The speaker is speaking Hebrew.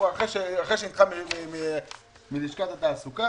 אחרי שהוא נדחה מלשכת התעסוקה,